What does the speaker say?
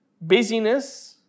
Busyness